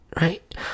Right